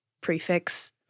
prefix